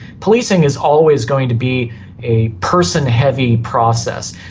policing is always going to be a person-heavy process.